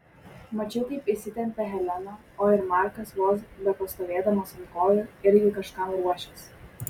mačiau kaip įsitempė helena o ir markas vos bepastovėdamas ant kojų irgi kažkam ruošėsi